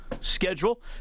schedule